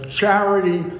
charity